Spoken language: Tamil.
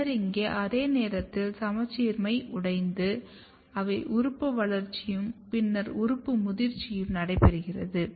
பின்னர் இங்கே அதே நேரத்தில் சமச்சீர்மை உடைந்து உறுப்பு வளர்ச்சியும் பின்னர் உறுப்பு முதிர்ச்சியும் நடைபெறுகிறது